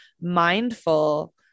mindful